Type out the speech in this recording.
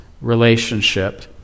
relationship